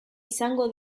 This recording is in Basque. izango